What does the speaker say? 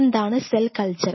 എന്താണ് cell culture